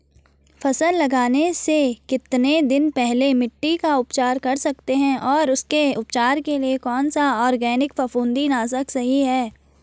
फसल लगाने से कितने दिन पहले मिट्टी का उपचार कर सकते हैं और उसके उपचार के लिए कौन सा ऑर्गैनिक फफूंदी नाशक सही है?